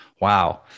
Wow